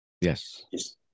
Yes